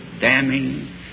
damning